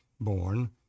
born